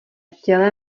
těle